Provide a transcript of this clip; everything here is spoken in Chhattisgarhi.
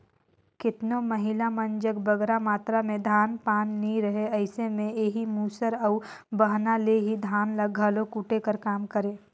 केतनो महिला मन जग बगरा मातरा में धान पान नी रहें अइसे में एही मूसर अउ बहना ले ही धान ल घलो कूटे कर काम करें